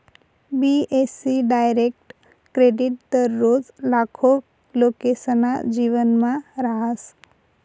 बी.ए.सी direct credit दररोज लाखो लोकेसना जीवनमा रहास